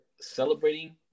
celebrating